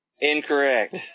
Incorrect